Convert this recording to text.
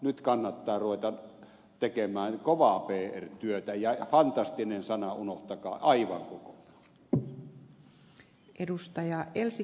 nyt kannattaa ruveta tekemään kovaa pr työtä ja fantastinen sana unohtakaa aivan kokonaan